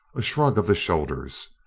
a shrug of the shoulders.